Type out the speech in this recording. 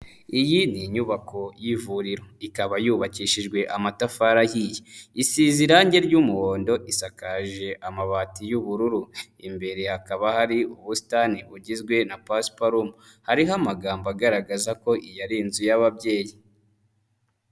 Iyi ni inyubako y'ivuriro. Ikaba yubakishijwe amatafari ahiye. Isize irange ry'umuhondo, isakaje amabati y'ubururu. Imbere hakaba hari ubusitani bugizwe na pasiparumu. Hariho amagambo agaragaza ko iyi ari inzu y'ababyeyi.